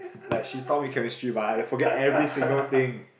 like she taught me chemistry but I forget every single thing